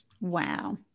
Wow